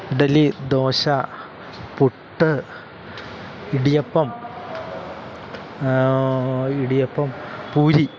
idli dosa puttu idiyappam idiyappam puri